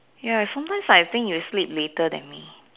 ya it sometimes I think you sleep later than me